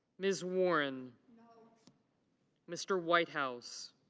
ms. warren. mr. whitehouse.